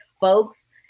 folks